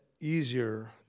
easier